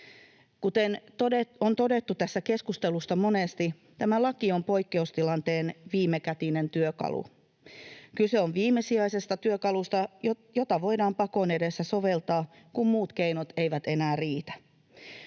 Kuten on todettu tässä keskustelussa monesti, tämä laki on poikkeustilanteen viimekätinen työkalu. Kyse on viimesijaisesta työkalusta, jota voidaan pakon edessä soveltaa, kun muut keinot eivät enää riitä.